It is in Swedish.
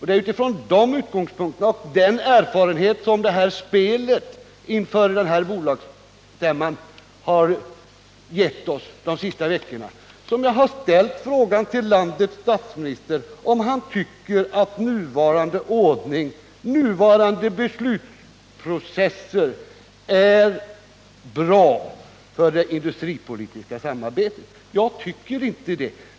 Det är utifrån de utgångspunkterna och med den erfarenhet som spelet inför bolagsstämman under de senaste veckorna har gett oss som jag har ställt frågan till landets statsminister om han tycker att nuvarande ordning och nuvarande beslutsprocesser är bra för det industripolitiska samarbetet. Jag tycker inte det.